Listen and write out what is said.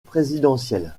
présidentiel